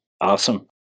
Awesome